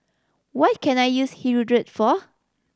what can I use Hirudoid for